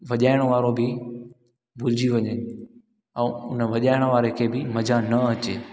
वॼाइण वारो बि भुलिजी वञे ऐं वॼाएण वारे खे बि मज़ा न अचे